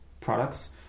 products